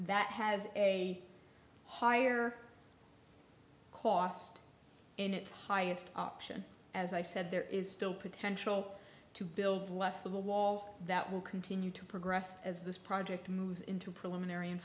that has a higher cost and its highest option as i said there is still potential to build less of the walls that will continue to progress as this project moves into preliminary and